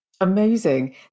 Amazing